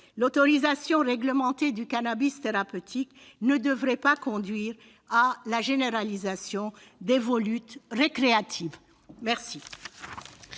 l'autorisation réglementée du cannabis thérapeutique ne devrait pas conduire à la généralisation des volutes récréatives !